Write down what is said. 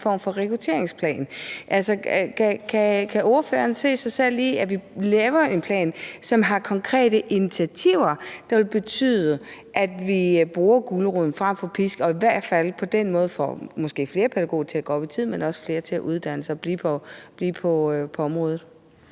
form for rekrutteringsplan. Kan ordføreren se sig selv i, at vi laver en plan, som har konkrete initiativer, der vil betyde, at vi bruger gulerod frem for pisk og i hvert fald på den måde måske får flere pædagoger til at gå op i tid, men også flere til at uddanne sig og blive på området?